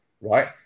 right